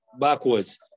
backwards